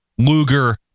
Luger